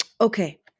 Okay